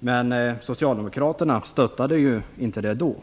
skulle vara med. Socialdemokraterna stöttade inte förslaget då.